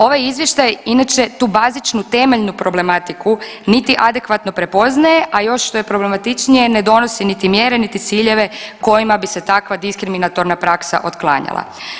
Ovaj izvještaj inače tu bazičnu temeljnu problematiku niti adekvatno prepoznaje, a još što je problematičnije ne donosi niti mjere, niti ciljeve kojima bi se takva diskriminatorna praksa otklanjala.